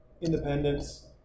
Independence